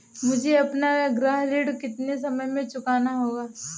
मुझे अपना गृह ऋण कितने समय में चुकाना होगा?